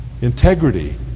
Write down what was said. Integrity